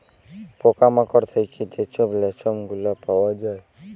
পকা মাকড় থ্যাইকে যে ছব রেশম গুলা পাউয়া যায়